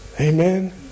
Amen